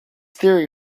theory